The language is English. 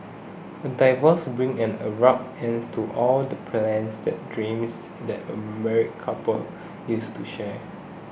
a divorce brings an abrupt end to all the plans that dreams that a married couple used to share